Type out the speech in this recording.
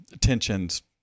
tensions